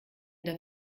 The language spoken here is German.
der